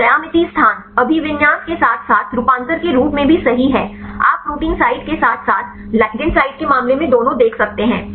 तो ज्यामिति स्थान अभिविन्यास के साथ साथ रूपांतर के रूप में भी सही है आप प्रोटीन साइट के साथ साथ लिगैंड साइट के मामले में दोनों देख सकते हैं